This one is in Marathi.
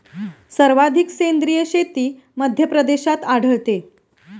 सर्वाधिक सेंद्रिय शेती मध्यप्रदेशात आढळते